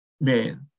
Man